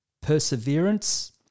perseverance